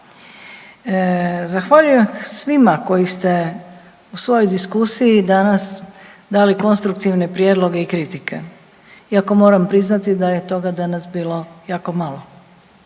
Zahvaljujem svima koji ste u svojoj diskusiji danas dali konstruktivne prijedloge i kritike, iako moram priznati da je toga danas bilo jako malo.